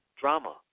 drama